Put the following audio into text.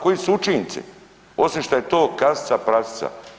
Koji su učinci osim što je to kasica prasica.